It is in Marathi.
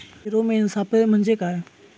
फेरोमेन सापळे म्हंजे काय?